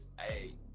Hey